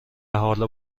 حالا